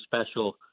special